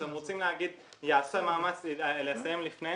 אתם רוצים להגיד שייעשה מאמץ לסיים לפני?